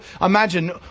imagine